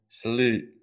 salute